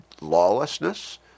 lawlessness